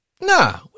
Nah